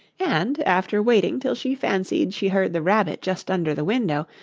and, after waiting till she fancied she heard the rabbit just under the window,